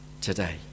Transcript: today